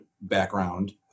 background